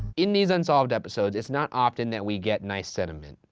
in these unsolved episodes it's not often that we get nice sentiment.